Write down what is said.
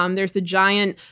um there's the giant,